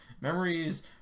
Memories